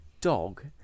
dog